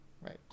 right